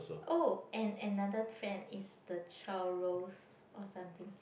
oh and another trend it's the churros or something